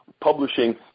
publishing